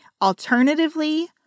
Alternatively